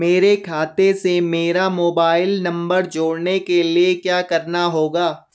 मेरे खाते से मेरा मोबाइल नम्बर जोड़ने के लिये क्या करना होगा?